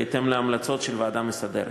בהתאם להמלצות של הוועדה המסדרת.